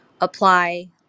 apply